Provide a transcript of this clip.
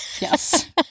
Yes